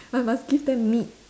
I must give them meat